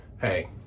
Hey